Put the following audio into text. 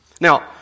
Now